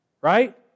Right